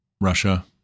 Russia